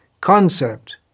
concept